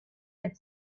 had